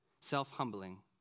self-humbling